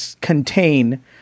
contain